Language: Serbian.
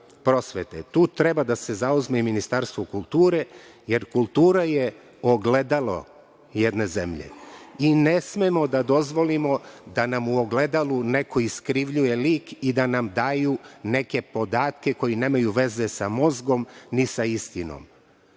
tu treba da se zauzme i Ministarstvo kulture, jer kultura je ogledalo jedne zemlje. I, ne smemo da dozvolimo da nam u ogledalu neko iskrivljuje lik i da nam daju neke podatke koji nemaju veze sa mozgom, ni sa istinom. Mi